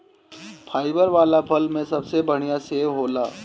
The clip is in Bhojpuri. फाइबर वाला फल में सबसे बढ़िया सेव होला